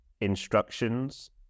instructions